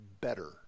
better